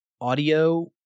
audio